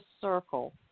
circle